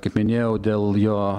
kaip minėjau dėl jo